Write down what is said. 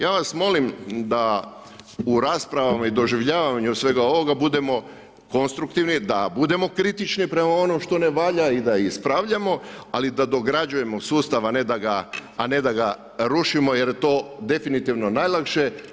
Ja vas molim da u raspravama i doživljavanju svega ovoga budemo konstruktivni, da budemo kritični prema onom što ne valja i da ispravljamo, ali da dograđujemo sustav, a ne da ga rušimo jer je to definitivno najlakše.